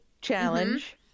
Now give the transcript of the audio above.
Challenge